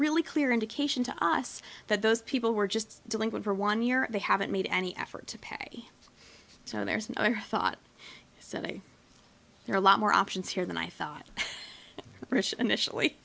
really clear indication to us that those people were just delinquent for one year they haven't made any effort to pay so there's no i thought survey there are a lot more options here than i thought initially